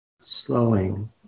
slowing